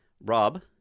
Rob